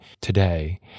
today